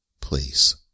Please